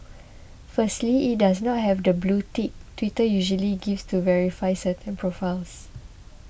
firstly it does not have the blue tick Twitter usually gives to verify certain profiles